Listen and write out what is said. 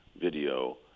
video